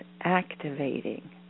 activating